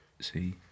see